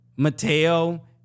Mateo